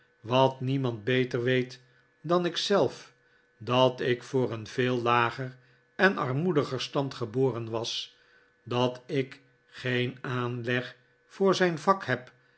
wat niemand beter weet dan ik zelf dat ik voor een veel lager en armoediger stand geboren was dat ik geen aanleg voor zijn vak heb